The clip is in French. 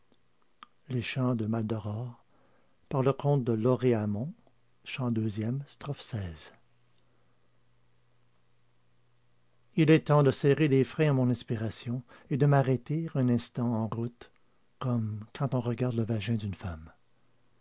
il est temps de serrer les freins à mon inspiration et de m'arrêter un instant en route comme quand on regarde le vagin d'une femme